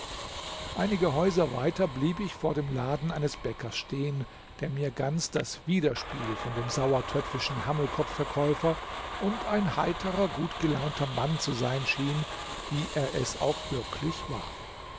einige häuser weiter blieb ich vor dem laden eines bäckers stehen der mir ganz das widerspiel von dem sauertöpfischen hammelkopfverkäufer und ein heiterer gutgelaunter mann zu sein schien wie er es auch wirklich war